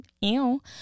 ew